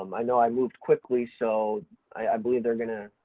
um i know i moved quickly, so i believe they're gonna,